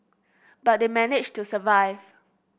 but they managed to survive